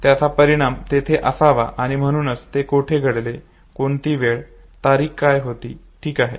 त्याचा परिणाम तेथे असावा आणि म्हणूनच ते कोठे घडले कोणती वेळ तारीख काय होती ठीक आहे